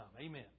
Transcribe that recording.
Amen